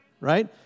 right